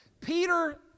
Peter